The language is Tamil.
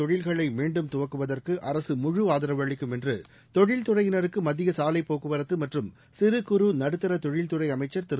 தொழில்களை மீண்டும் துவக்குவதற்கு அரசு முழு ஆதரவு அளிக்கும் என்று தொழில் துறையினருக்கு மத்திய சாலைப் போக்குவரத்து மற்றும் சிறு குறு நடுத்தரத் தொழில்துறை அமைச்சா் திரு